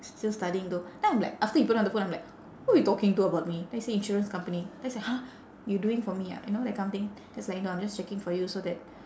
still studying though then I'm like after he put down the phone I'm like who you talking to about me then he say insurance company then I say !huh! you doing for me ah you know that kind of thing then he's like no I'm just checking for you so that